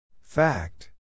Fact